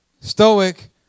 stoic